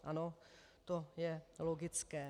Ano, to je logické.